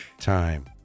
time